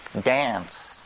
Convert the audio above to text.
dance